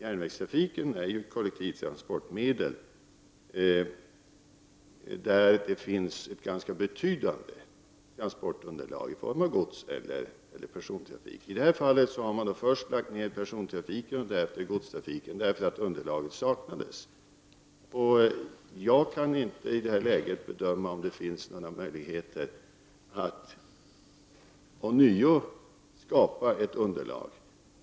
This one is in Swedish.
Järnvägen är ju ett kollektivtransportmedel. Här finns det ett ganska betydande transportunderlag i form av godstrafik eller persontrafik. Jag kan i det här läget inte bedöma om det finns möjligheter att ånyo skapa ett underlag.